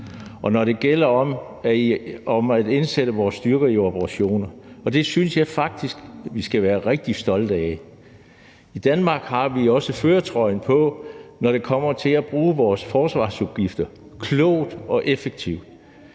og når det gælder om at indsætte vores styrker i operationer. Det synes jeg faktisk vi skal være rigtig stolte af. I Danmark har vi også førertrøjen på, når det kommer til at bruge vores forsvarsudgifter klogt og effektivt.